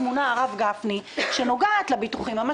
למה החיפזון הזה בממשלת מעבר,